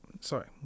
sorry